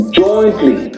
jointly